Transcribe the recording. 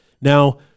Now